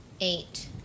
Eight